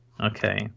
Okay